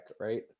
Right